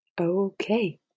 Okay